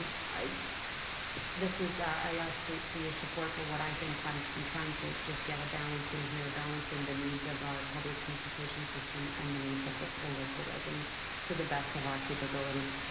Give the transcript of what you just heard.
this is i ask for for your support for what i think i'm i'm trying to just get a balance in here, balanceing the needs of our public transportation system and the needs of the the local residents to the best of our capabilityies.